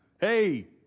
hey